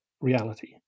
reality